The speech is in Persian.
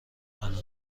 خانم